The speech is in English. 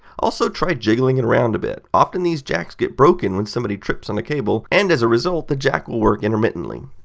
also try jiggling it around a bit. often these jacks get broken when somebody trips on a cable and as a result the jack will work intermittantly.